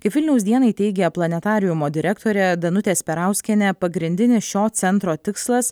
kaip vilniaus dienai teigė planetariumo direktorė danutė sperauskienė pagrindinis šio centro tikslas